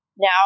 Now